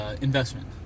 investment